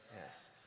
Yes